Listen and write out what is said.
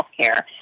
healthcare